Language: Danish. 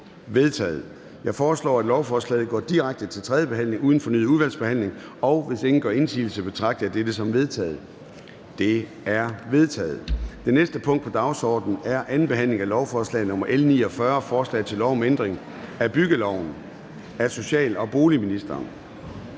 Jeg foreslår, at lovforslaget går direkte til tredje behandling uden fornyet udvalgsbehandling. Hvis ingen gør indsigelse, betragter jeg dette som vedtaget. Det er vedtaget. --- Det næste punkt på dagsordenen er: 12) 2. behandling af lovforslag nr. L 49: Forslag til lov om ændring af byggeloven. (Undtagelse